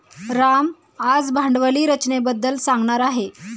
राम आज भांडवली रचनेबद्दल सांगणार आहे